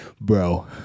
bro